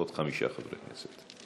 עוד חמישה חברי כנסת.